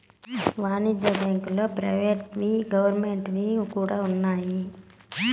వాణిజ్య బ్యాంకుల్లో ప్రైవేట్ వి గవర్నమెంట్ వి కూడా ఉన్నాయి